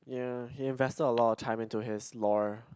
ya he invested a lot of time into his law